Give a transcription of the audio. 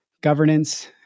governance